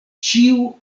ĉiu